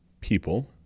people